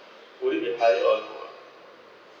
would it be higher or lower